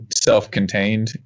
self-contained